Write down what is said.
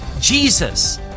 Jesus